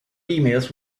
emails